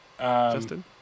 Justin